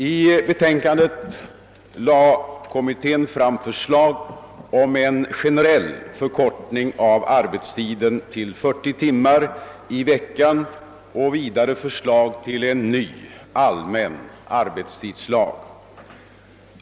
I betänkandet framförde kommittén förslag om en generell förkortning av arbetstiden till 40 timmar i veckan och vidare förslag till en ny, allmän arbetstidslag.